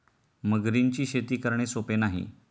मगरींची शेती करणे सोपे नाही